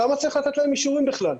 למה צריך לתת להם אישורים בכלל?